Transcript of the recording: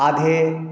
आगे